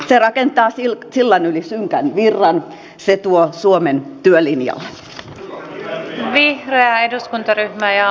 se rakentaa sillan yli synkän virran se tuo suomen työlinjalle vihreä eduskuntaryhmä ja